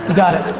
got it.